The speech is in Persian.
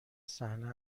صحنه